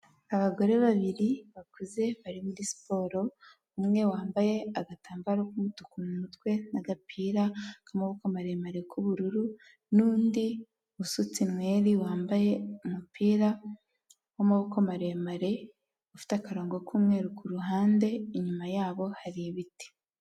Abagore babiri bakuze, bari muri siporo, umwe wambaye agatambaro k'umutuku mu mutwe, n'agapira k'amaboko maremare k'ubururu, n'undi usutse inweri, wambaye umupira w'amaboko maremare, ufite akarongo k'umweru ku ruhande, inyuma yabo hari ibiti.